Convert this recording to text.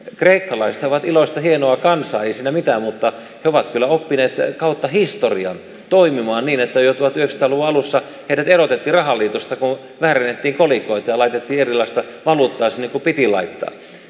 kreikkalaiset ovat iloista hienoakaan saisi mitään mutta ovatkin oppineet ja kautta historian toimimaan niin että joko työstä luonnossa elävät rahaliitosta on parempi kolikoita laitettiin erilaista olutta se piti laittaa